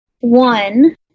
One